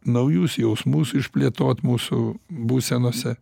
naujus jausmus išplėtot mūsų būsenose